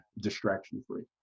distraction-free